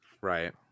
Right